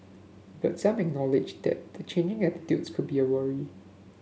but some acknowledged that the changing attitudes could be a worry